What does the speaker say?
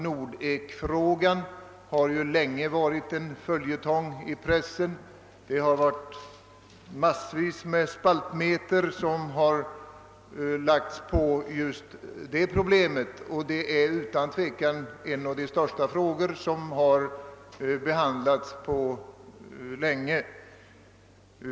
Nordekfrågan har länge varit en följetong i pressen; det har skrivits massor av spaltmeter om just det problemet, som också utan tvivel är en av de största frågor som behandlats på länge.